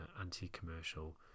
anti-commercial